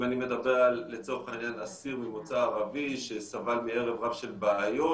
אם אני מדבר לצורך העניין על אסיר ממוצא ערבי שסבל מערב רב של בעיות,